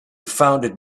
founded